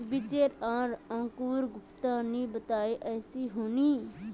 बीज आर अंकूर गुप्ता ने बताया ऐसी होनी?